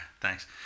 thanks